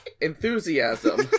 Enthusiasm